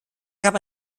gab